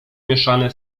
mieszane